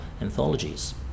anthologies